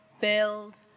build